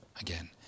again